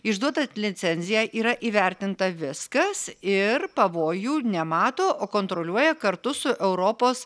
išduota licencija yra įvertinta viskas ir pavojų nemato o kontroliuoja kartu su europos